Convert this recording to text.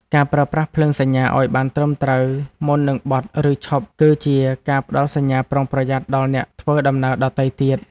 ការប្រើប្រាស់ភ្លើងសញ្ញាឱ្យបានត្រឹមត្រូវមុននឹងបត់ ឬឈប់គឺជាការផ្ដល់សញ្ញាប្រុងប្រយ័ត្នដល់អ្នកធ្វើដំណើរដទៃទៀត។